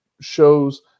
shows